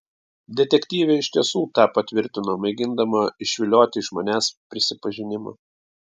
detektyvė iš tiesų tą patvirtino mėgindama išvilioti iš manęs prisipažinimą